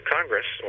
Congress